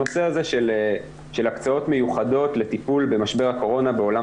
הנושא של הקצאות מיוחדות לטיפול במשבר הקורונה בעולם